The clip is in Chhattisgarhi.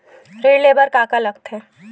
ऋण ले बर का का लगथे?